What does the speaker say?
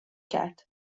کرد